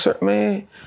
Man